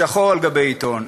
שחור על גבי עיתון.